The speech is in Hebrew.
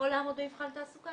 יכול לעמוד במבחן תעסוקה?